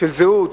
של זהות,